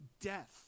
death